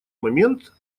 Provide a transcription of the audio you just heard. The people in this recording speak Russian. момент